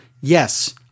yes